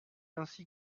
ainsi